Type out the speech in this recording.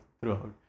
throughout